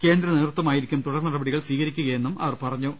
കേന്ദ്ര നേതൃത്വമായിരിക്കും തുടർനടപടികൾ സ്വീകരിക്കുകയെന്ന് അവർ പറഞ്ഞു